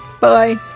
Bye